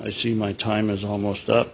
i see my time is almost up